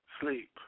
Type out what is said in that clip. sleep